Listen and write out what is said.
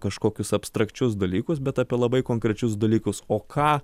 kažkokius abstrakčius dalykus bet apie labai konkrečius dalykus o ką